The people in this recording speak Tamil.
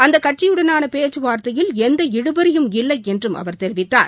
அந்த கட்சியுடனான பேச்சு வார்த்தையில் எந்த இழுபறியும் இல்லை என்றும் அவர் தெரிவித்தார்